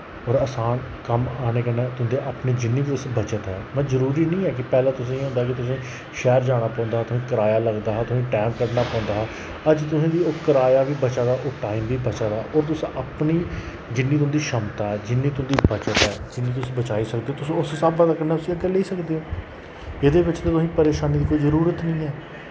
ओर आसान कम्म आने कन्नै तुंदे अपने जिन्नें वी तुस बचत ऐ वा जरुरी निं ऐ पैह्ले तुसेंगी ऐह् होंदा कि तुसें शैह्र जाना पौंदा उत्थें कराया लगदा हा तोहें टैम कढ़ना पौंदा हा अज तोहें गी ओह् कराया बी बचा दा ओह् टाइम बी बचा दा ओह् तुस अपनी जिन्नी तुंदी क्षमता जिन्नी तुंदी बचत ऐ जिन्नी तुस बचाई सकदे ओ तुस उस स्हाबा दा कन्नै उस्सी अग्गै लेई सकदे ओ एह्दे बिच्च ते तुसेंगी परेशानी दी कोई जरुरत निं ऐ